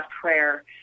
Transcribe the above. prayer